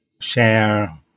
share